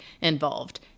involved